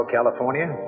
California